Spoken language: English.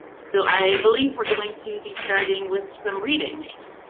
so i believe we're going to be starting with some readings.